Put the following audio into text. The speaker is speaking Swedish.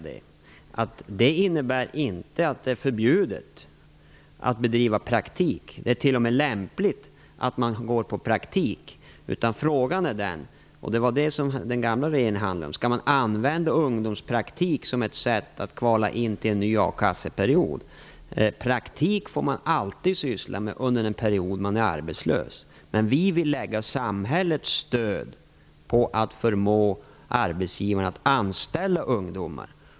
Det innebär inte att det är förbjudet att bedriva praktik. Det är t.o.m. lämpligt att man går på praktik. Frågan är den: Skall man använda ungdomspraktik som ett sätt att kvala in till en ny a-kasse-period? Det skedde under den förra regeringens tid. Praktik får man alltid syssla med under den period man är arbetslös. Vi vill lägga samhällets stöd på att förmå arbetsgivarna att anställa ungdomar.